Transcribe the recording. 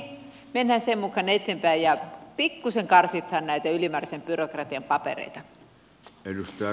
mennään sen mukaan eteenpäin ja pikkuisen karsitaan näitä ylimääräisen byrokratian papereita